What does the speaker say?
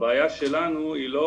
הבעיה שלנו היא לא